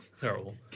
terrible